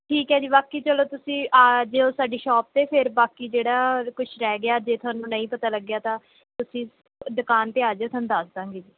ਠੀਕ ਹੈ ਜੀ ਬਾਕੀ ਚੱਲੋ ਤੁਸੀਂ ਆ ਜਾਇਓ ਸਾਡੀ ਸ਼ੌਪ 'ਤੇ ਫਿਰ ਬਾਕੀ ਜਿਹੜਾ ਕੁਛ ਰਹਿ ਗਿਆ ਜੇ ਤੁਹਾਨੂੰ ਨਹੀਂ ਪਤਾ ਲੱਗਿਆ ਤਾਂ ਤੁਸੀਂ ਦੁਕਾਨ 'ਤੇ ਆ ਜਾਇਓ ਤੁਹਾਨੂੰ ਦੱਸ ਦੇਵਾਂਗੇ ਜੀ